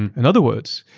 and and other words,